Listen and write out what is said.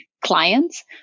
clients